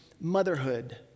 motherhood